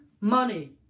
money